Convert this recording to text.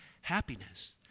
Happiness